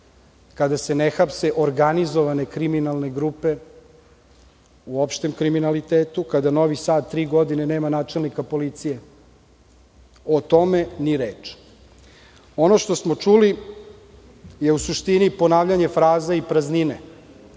kada se ne hapse organizovane kriminalne grupe, u opštem kriminalitetu. Kada Novi Sad tri godine nema načelnika policije, o tome ni reč. Ono što smo čuli, je u suštini ponavljanje fraza i praznine.